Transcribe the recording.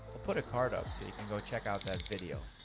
i'll put a card up so you can go check out that video.